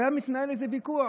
היה מתנהל איזה ויכוח,